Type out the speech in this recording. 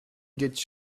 get